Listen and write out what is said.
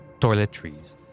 toiletries